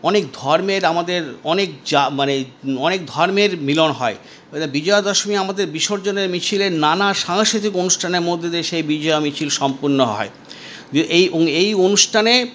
অনেক ধর্মের আমাদের অনেক মানে অনেক ধর্মের মিলন হয় বিজয়া দশমী আমাদের বিসর্জনের মিছিলে নানা সাংস্কৃতিক অনুষ্ঠানের মধ্যে দিয়ে সেই বিজয়া মিছিল সম্পন্ন হয় এই এই অনুষ্ঠানে